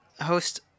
Host